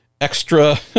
Extra